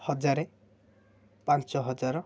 ହଜାରେ ପାଞ୍ଚ ହଜାର